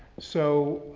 so,